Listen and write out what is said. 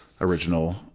original